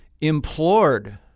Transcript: implored